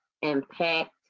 impact